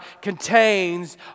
contains